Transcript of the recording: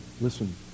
Listen